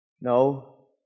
No